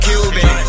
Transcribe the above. Cuban